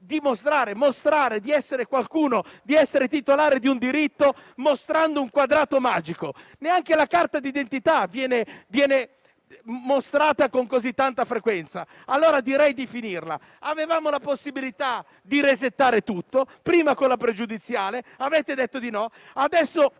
dovuto dimostrare di essere qualcuno, di essere titolari di un diritto mostrando un quadrato magico? Neanche la carta d'identità viene mostrata con tanta frequenza. Direi di finirla. Avevamo la possibilità di resettare tutto prima con la questione pregiudiziale - ma avete detto di no,